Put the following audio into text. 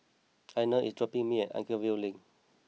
Einar is dropping me off at Anchorvale Link